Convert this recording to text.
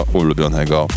ulubionego